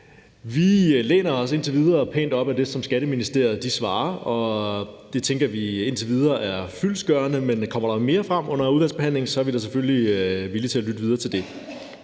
Vi læner os indtil videre pænt op ad det, som Skatteministeriet svarer, og det tænker vi indtil videre er fyldestgørende. Men kommer der mere frem under udvalgsbehandlingen, er vi da selvfølgelig villige til at lytte til det.